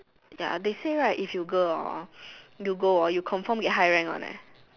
ya they say right if you girl hor you go hor you confirm get high rank one leh